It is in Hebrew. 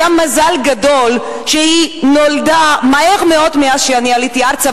היה מזל גדול שהיא נולדה מהר מאוד אחרי שעליתי ארצה,